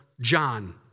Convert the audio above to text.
John